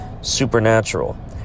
supernatural